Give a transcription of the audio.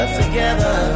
together